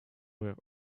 were